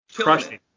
crushing